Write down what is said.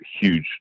huge